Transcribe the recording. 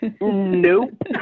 Nope